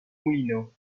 moulineaux